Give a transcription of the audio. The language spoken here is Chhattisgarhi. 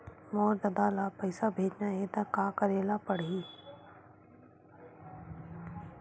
मोर ददा ल पईसा भेजना हे त का करे ल पड़हि?